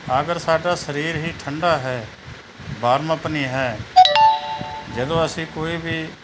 ਅਗਰ ਸਾਡਾ ਸਰੀਰ ਹੀ ਠੰਡਾ ਹੈ ਬਾਰਮ ਅਪ ਨਹੀਂ ਹੈ ਜਦੋਂ ਅਸੀਂ ਕੋਈ ਵੀ